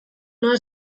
noa